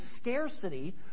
scarcity